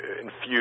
infuse